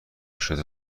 شده